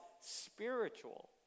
spiritual